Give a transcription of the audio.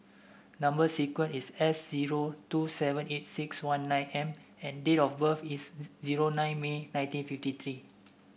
number sequence is S zero two seven eight one nine M and date of birth is zero nine May nineteen fifty three